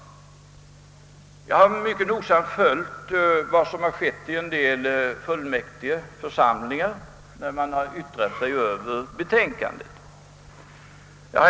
Jag har mycket noga följt vad som skett i en del fullmäktigeförsamlingar när man haft att avge yttrande över betänkandet.